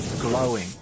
glowing